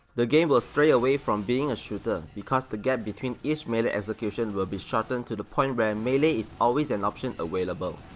the game will stray away from being a shooter, because the gap between each melee execution will be shorten to to the point where melee is always an option available.